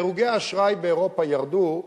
דירוגי האשראי באירופה ירדו,